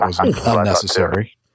unnecessary